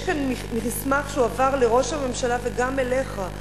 יש כאן מסמך שהועבר לראש הממשלה וגם אליך,